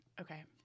okay